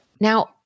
Now